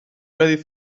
ready